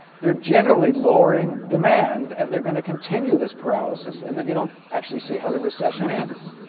they're generally lowering demand and they're going to continue this paralysis, and then you don't actually see how the recession ends.